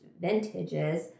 vintages